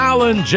Alan